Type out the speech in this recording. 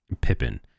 Pippin